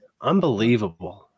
unbelievable